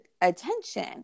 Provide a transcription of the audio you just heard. attention